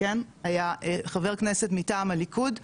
היה חבר כנסת מטעם הליכוד אמר,